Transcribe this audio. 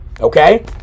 okay